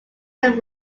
ham